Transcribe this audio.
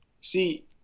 See